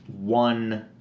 one